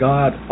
God